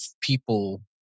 people